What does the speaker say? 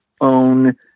own